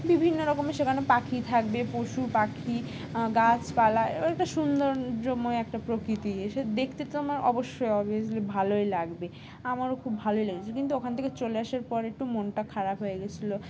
বিভিন্ন রকমের সেখানে পাখি থাকবে পশু পাখি গাছপালা এ একটা সৌন্দর্যময় একটা প্রকৃতি এস দেখতে তো আমার অবশ্যই অবভিয়াসলি ভালোই লাগবে আমারও খুব ভালোই লাগেছে কিন্তু ওখান থেকে চলে আসার পরে একটু মনটা খারাপ হয়ে গেছিলো